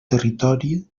territori